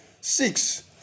Six